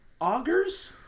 augers